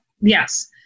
yes